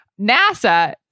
NASA